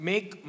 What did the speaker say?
Make